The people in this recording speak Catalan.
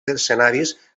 escenaris